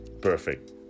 perfect